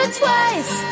twice